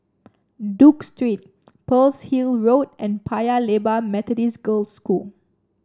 Duke Street Pearl's Hill Road and Paya Lebar Methodist Girls' School